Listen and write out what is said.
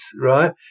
right